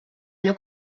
allò